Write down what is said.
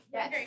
Yes